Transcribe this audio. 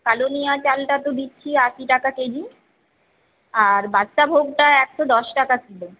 কালোনুনিয়া চালটা তো দিচ্ছি আশি টাকা কেজি আর বাদশাভোগটা একশো দশ টাকা কিলো